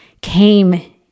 came